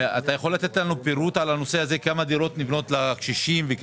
תוכל לתת פירוט, כמה דירות נבנות לקשישים?